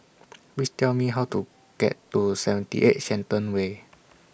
Please Tell Me How to get to seventy eight Shenton Way